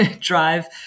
drive